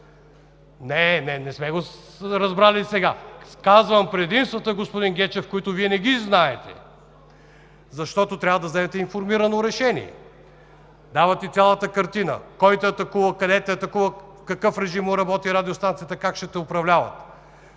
Не, не сме го разбрали сега. Казвам предимствата, господин Гечев, които Вие не ги знаете, защото трябва да вземете информирано решение. Дава ти цялата картина: кой те атакува, къде те атакува, в какъв режим му работи радиостанцията, как ще те управлява.